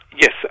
Yes